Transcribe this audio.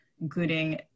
including